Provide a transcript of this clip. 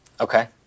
Okay